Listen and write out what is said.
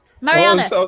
Mariana